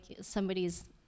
somebody's